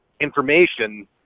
information